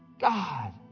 God